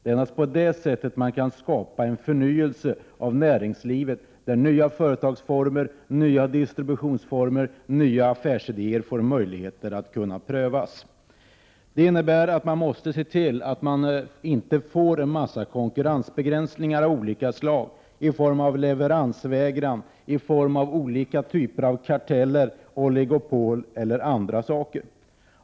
Endast på det sättet kan man skapa en förnyelse av näringslivet, där nya företagsformer, nya distributionsformer och nya affärsidér får möjlighet att prövas. Det innebär att man måste se till att man inte får en massa konkurrensbegränsningar av olika slag i form av leveransvägran och olika typer av karteller, oligopol och annat.